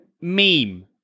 meme